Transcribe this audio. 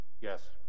yes